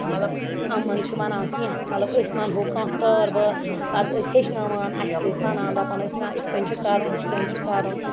مَطلَب یِمَن چھِ وَنان کینٛہہ مَطلَب أسۍ وَنہوو کینٛہہ کار بار پتہٕ ٲسۍ ہیچھناوان اَسہِ ٲسۍ وَنان دَپان ٲسۍ نہ اِتھ کٕنۍ چھُ کَرُن ہُتھ کٕنۍ چھُ کَرُن